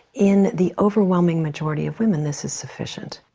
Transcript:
in the overwhelming majority of women this is sufficient.